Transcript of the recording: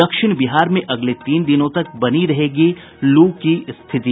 दक्षिण बिहार में अगले तीन दिनों तक बनी रहेगी लू की स्थिति